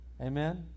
Amen